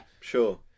sure